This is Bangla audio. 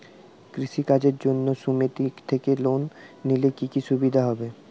কৃষি কাজের জন্য সুমেতি থেকে লোন নিলে কি কি সুবিধা হবে?